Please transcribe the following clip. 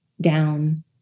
down